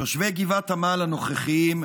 תושבי גבעת עמל הנוכחיים,